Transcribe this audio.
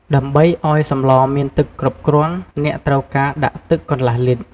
ដើម្បីឱ្យសម្លមានទឹកគ្រប់គ្រាន់ អ្នកត្រូវការដាក់ទឹកកន្លះលីត្រ។